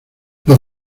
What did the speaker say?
los